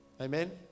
Amen